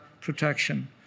protection